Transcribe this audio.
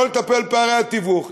לא לטפל בפערי התיווך.